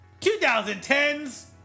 2010's